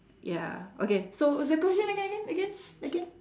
ya okay so the question again again again again